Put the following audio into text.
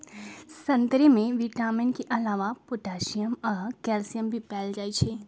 संतरे में विटामिन के अलावे पोटासियम आ कैल्सियम भी पाएल जाई छई